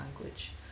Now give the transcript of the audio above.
language